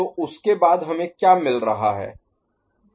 तो उसके बाद हमें क्या मिल रहा है